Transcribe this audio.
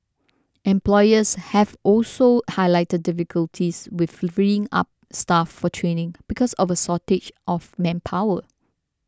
employers have also highlighted difficulties with freeing up staff for training because of a shortage of manpower